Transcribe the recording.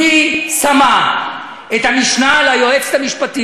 מי שם את המשנה ליועץ המשפטי,